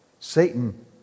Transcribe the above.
Satan